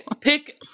pick